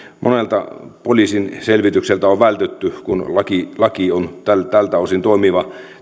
ja monelta poliisin selvitykseltä on vältytty kun laki laki on tältä osin toimiva